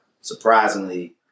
surprisingly